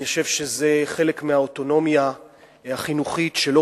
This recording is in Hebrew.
אני חושב שזה חלק מהאוטונומיה החינוכית שלו